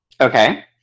Okay